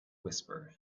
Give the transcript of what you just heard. whisper